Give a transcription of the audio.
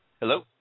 Hello